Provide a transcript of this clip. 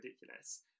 ridiculous